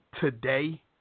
today